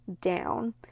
down